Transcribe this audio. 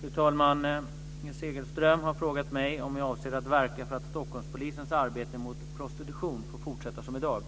Fru talman! Inger Segelström har frågat mig om jag avser att verka för att Stockholmspolisens arbete mot prostitution får fortsätta som i dag.